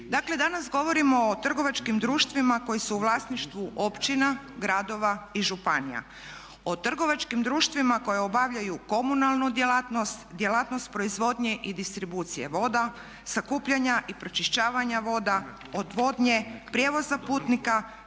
Dakle danas govorimo o trgovačkim društvima koji su u vlasništvu općina, gradova i županija, o trgovačkim društvima koje obavljaju komunalnu djelatnost, djelatnost proizvodnje i distribucije voda, sakupljanja i pročišćavanja voda, odvodnje, prijevoza putnika,